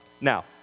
Now